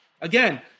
again